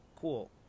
Cool